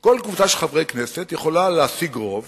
כל קבוצה של חברי כנסת יכולה להשיג רוב